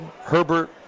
Herbert